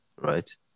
Right